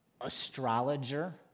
astrologer